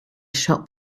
shop